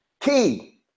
Key